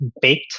baked